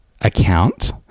account